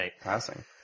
passing